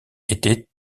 était